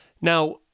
Now